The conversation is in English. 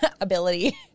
ability